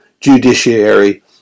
judiciary